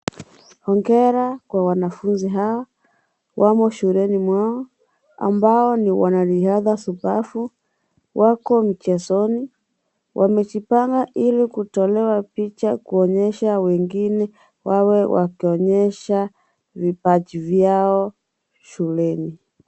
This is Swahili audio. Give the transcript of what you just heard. Hongera kwa wanafunzi hawa, wamo shuleni mwao ambao ni wanriadha shupavu, wako mchezoni, wamejipanga ili kutolewa picha kuonyesha wengine wawe wakionyesha vipaji vyao shuleni.